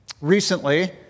Recently